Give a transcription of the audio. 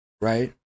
right